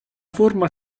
forma